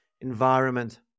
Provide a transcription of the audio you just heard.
environment